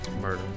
Murder